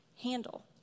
handle